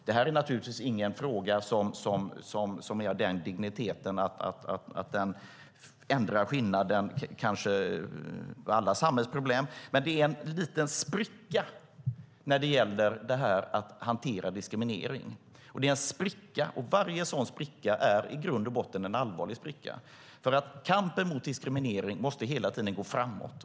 Det här är naturligtvis ingen fråga som är av den digniteten att den förhindrar alla samhällsproblem, men det är en liten spricka när det gäller att hantera diskriminering. Varje sådan spricka är i grund och botten en allvarlig spricka. Kampen mot diskriminering måste hela tiden gå framåt.